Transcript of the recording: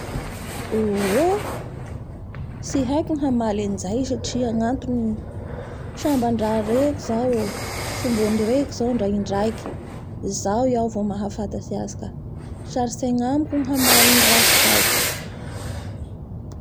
Oooo tsy haiko ny hamaly anaizay satria ny gnantony, samabandraha reko zao, tsy mbo nireko zao ndra indraiky, izao iaho vo mahafanatsy azy ka sarotsy agnamiko ny hamay raha tsy haiko.